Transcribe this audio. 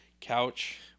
couch